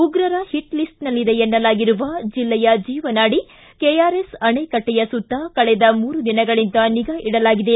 ಉಗ್ರರ ಹಿಟ್ ಲಿಸ್ಟ್ನಲ್ಲಿದೆ ಎನ್ನಲಾಗಿರುವ ಜಿಲ್ಲೆಯ ಜೀವನಾಡಿ ಕೆಆರ್ಎಸ್ ಅಣೆಕಟ್ಟೆಯ ಸುತ್ತ ಕಳೆದ ಮೂರು ದಿನಗಳಿಂದ ಹದ್ದಿನ ನಿಗಾ ಇಡಲಾಗಿದೆ